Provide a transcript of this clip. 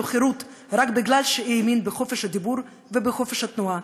חירות רק מפני שהאמין בחופש הדיבור ובחופש התנועה,